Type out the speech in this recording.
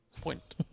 point